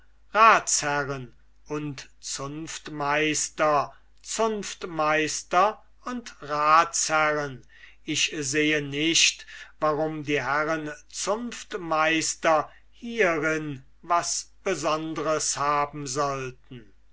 ratsherren und zunftmeister zunftmeister und ratsherren ich sehe nicht warum die herren zunftmeister hierin was besonders haben sollten